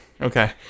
Okay